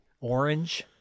Orange